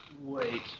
wait